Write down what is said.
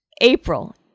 April